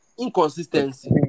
inconsistency